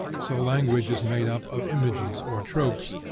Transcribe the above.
so language is made up of images or tropes,